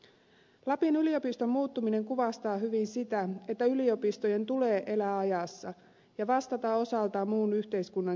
lapin yliopiston muuttuminen kuvastaa hyvin sitä että yliopistojen tulee elää ajassa ja vastata osaltaan muun yhteiskunnan kehittymiseen